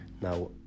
Now